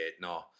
no